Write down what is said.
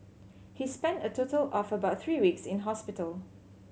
he spent a total of about three weeks in hospital